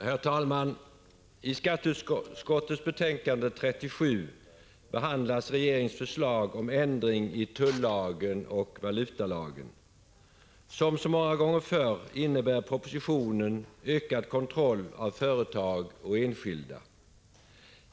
Herr talman! I skatteutskottets betänkande 37 behandlas regeringens förslag om ändring i tullagen och valutalagen. Som så många gånger förr innebär propositionen ökad kontroll av företag och enskilda.